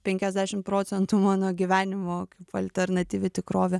penkiasdešim procentų mano gyvenimo kaip alternatyvi tikrovė